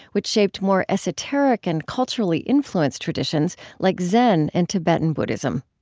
which shaped more esoteric and culturally-influenced traditions like zen and tibetan buddhism